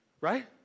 Right